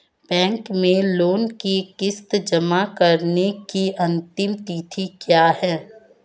Bank में loan की किश्त जमा कराने की अंतिम तिथि क्या है?